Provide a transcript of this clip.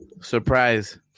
Surprise